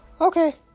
okay